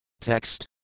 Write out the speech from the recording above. Text